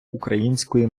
української